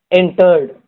entered